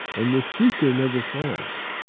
and the seeker never finds.